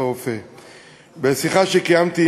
שצריך להחליט מי מתאים ומי לא מתאים.